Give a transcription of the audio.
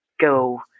go